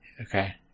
Okay